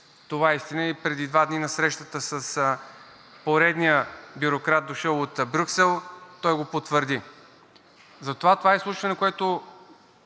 това е истина и преди два дни на срещата с поредния бюрократ, дошъл от Брюксел, той го потвърди. Затова в това изслушване, което